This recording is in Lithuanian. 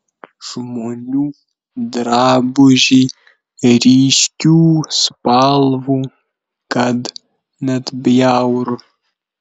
žmonių drabužiai ryškių spalvų kad net bjauru